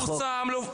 ויפורסם --- זה החוק.